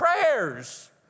prayers